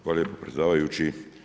Hvala lijepo predsjedavajući.